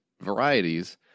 varieties